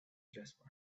jasper